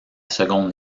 seconde